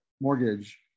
mortgage